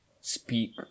speak